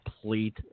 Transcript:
complete